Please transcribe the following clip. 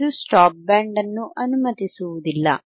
ಇದು stop band ಅನ್ನು ಅನುಮತಿಸುವುದಿಲ್ಲ